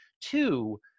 Two